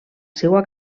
seua